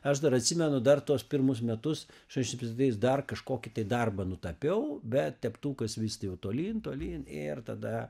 aš dar atsimenu dar tuos pirmus metus aštuoniasdešim septintais dar kažkokį darbą nutapiau bet teptukas vis jau tolyn tolyn ir tada